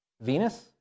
Venus